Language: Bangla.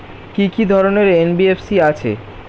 কি কি ধরনের এন.বি.এফ.সি আছে?